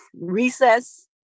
recess